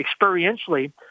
experientially